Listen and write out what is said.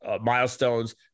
milestones